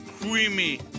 creamy